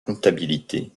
comptabilité